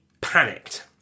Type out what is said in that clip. panicked